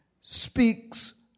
speaks